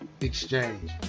exchange